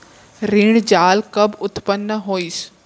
ऋण जाल कब उत्पन्न होतिस?